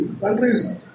countries